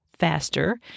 Faster